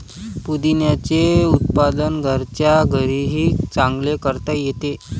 पुदिन्याचे उत्पादन घरच्या घरीही चांगले करता येते